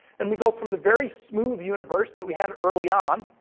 and we go from the very smooth universe that we had early on,